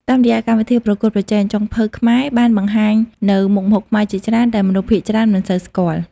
តាមរយៈកម្មវិធីប្រកួតប្រជែង ចុងភៅខ្មែរបានបង្ហាញនូវមុខម្ហូបខ្មែរជាច្រើនដែលមនុស្សភាគច្រើនមិនសូវស្គាល់។